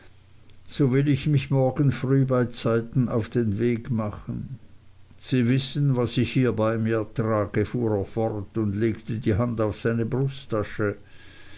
so will ich mich morgen früh beizeiten auf den weg machen sie wissen was ich hier bei mir trage fuhr er fort und legte die hand auf seine brusttasche